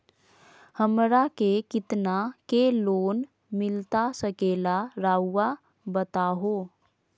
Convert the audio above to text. हमरा के कितना के लोन मिलता सके ला रायुआ बताहो?